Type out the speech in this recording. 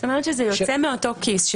שזה יוצא מאותו כיס.